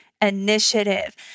initiative